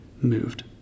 moved